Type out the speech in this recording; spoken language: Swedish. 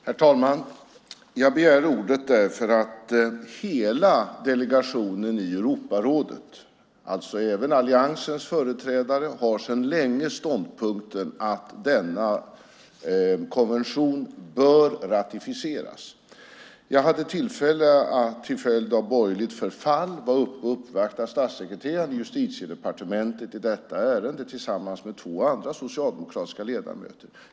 Herr talman! Jag begärde ordet därför att hela delegationen i Europarådet, alltså även alliansens företrädare, sedan länge har ståndpunkten att denna konvention bör ratificeras. Jag hade, till följd av borgerligt förfall, tillfälle att tillsammans med två andra socialdemokratiska ledamöter uppvakta statssekreteraren i Justitiedepartementet i detta ärende.